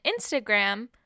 instagram